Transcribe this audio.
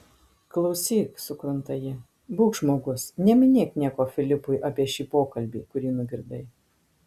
klausyk sukrunta ji būk žmogus neminėk nieko filipui apie šį pokalbį kurį nugirdai